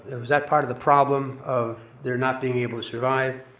ah was that part of the problem of their not being able to survive?